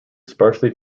sparsely